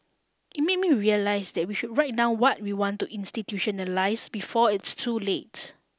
it made me realise that we should write down what we want to institutionalise before it's too late